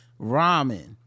Ramen